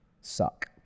suck